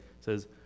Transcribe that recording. says